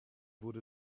wurde